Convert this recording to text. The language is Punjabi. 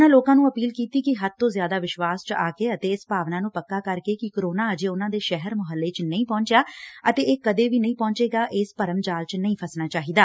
ਉਨ੍ਹਾਂ ਲੋਕਾਂ ਨੂੰ ਅਪੀਲ ਕੀਤੀ ਕਿ ਹੱਦ ਤੋਂ ਜਿਆਦਾ ਵਿਸ਼ਵਾਸ 'ਚ ਆਕੇ ਅਤੇ ਇਸ ਭਾਵਨਾ ਨੂੰ ਪੱਕਾ ਕਰਕੇ ਕਿ ਕੋਰੋਨਾ ਅਜੇ ਉਨੂਂ ਦੇ ਸ਼ਹਿਰ ਮੁਹੱਲੇ 'ਚ ਨਹੀ ਪਹੁੰਚਿਆ ਅਤੇ ਇਹ ਕਦੇ ਵੀ ਨਹੀ ਪਹੁੰਚੇਗਾ ਇਸ ਭਰਮ ਜਾਲ 'ਚ ਨਹੀ ਫਸਣਾ ਚਾਹੀਦਾ